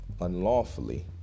unlawfully